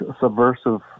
subversive